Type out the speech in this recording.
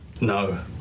No